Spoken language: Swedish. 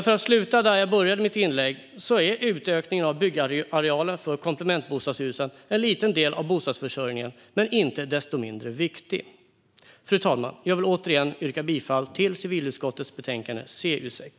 För att sluta där jag började mitt inlägg: Utökningen av byggarealen för komplementbostadshusen är en liten men inte desto mindre viktig del av bostadsförsörjningen. Fru talman! Jag vill återigen yrka bifall till förslaget i civilutskottets betänkande CU6.